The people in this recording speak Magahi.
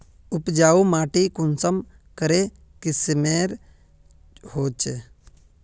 उपजाऊ माटी कुंसम करे किस्मेर होचए?